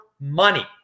money